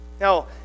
Now